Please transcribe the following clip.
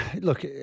Look